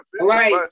right